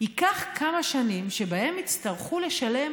ייקח כמה שנים, שבהן יצטרכו לשלם